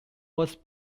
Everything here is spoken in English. was